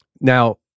Now